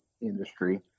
industry